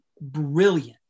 brilliant